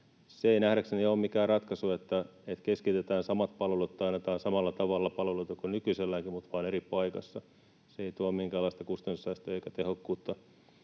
Se ei nähdäkseni ole mikään ratkaisu, että keskitetään samat palvelut tai annetaan samalla tavalla palveluita kuin nykyiselläänkin, mutta vain eri paikassa. Se ei tuo minkäänlaista kustannussäästöä eikä tehokkuutta